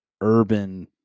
Urban